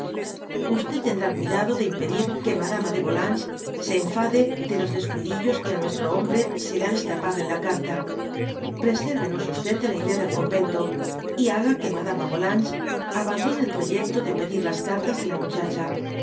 tendrá cuidado de impedir que madama de yolanges se enfade de los descuidiuos que á nuestro hombre se le han escapado en la carta resérvelo de la idea del convento y haga que madama yolanges abandone el proyecto de pedir las cartas de la muchacha